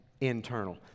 internal